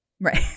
Right